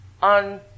On